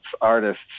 artists